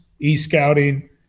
e-scouting